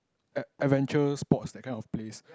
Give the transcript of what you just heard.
ad~ adventure sports that kind of place